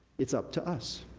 it's up to us.